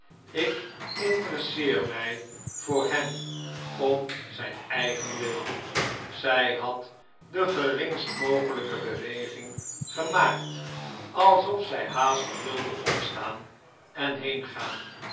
ik interesseer mij voor hem om zijn eigen wil zij had de geringst mogelijke beweging gernaakt alsof zij haastig wilde opstaan en